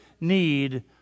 need